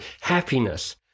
happiness